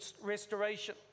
restoration